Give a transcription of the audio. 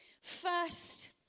First